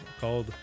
called